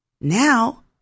now